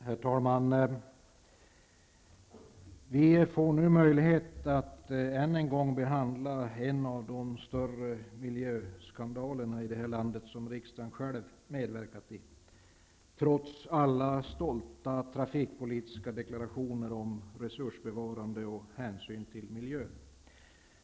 Herr talman! Vi får nu möjlighet att än en gång behandla en av de större miljöskandalerna i det här landet. Riksdagen har själv medverkat till den, trots alla stolta trafikpolitiska deklarationer om resursbevarande och hänsyn till miljön.